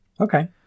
Okay